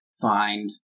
find